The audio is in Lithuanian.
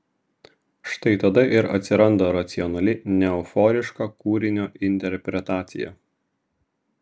štai tada ir atsiranda racionali neeuforiška kūrinio interpretacija